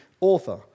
author